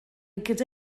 gyda